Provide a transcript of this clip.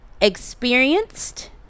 experienced